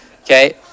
Okay